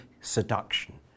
seduction